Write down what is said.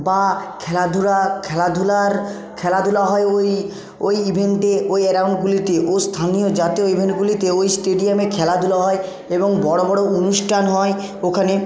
বা খেলাধুলা খেলাধুলার খেলাধুলা হয় ওই ওই ইভেন্টে ওই গ্রাউন্ডগুলিতে ও স্থানীয় জাতীয় ইভেন্টগুলিতে ওই স্টেডিয়ামে খেলাধুলা হয় এবং বড়ো বড়ো অনুষ্ঠান হয় ওখানে